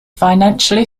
financially